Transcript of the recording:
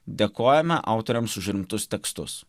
dėkojame autoriams už rimtus tekstus